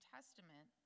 Testament